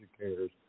educators